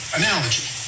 analogy